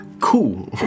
cool